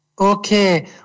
Okay